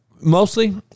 mostly